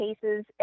cases